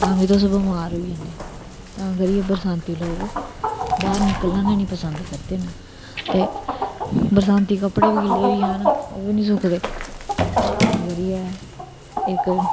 तां बी तुस बिमार होई जंदे हो तां करियै बरसांती लोग बाहर निकलना बी नेई पसंद करदे हैन बरसांती कपडे़ बी गिल्ले होी जान ते इक